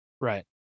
Right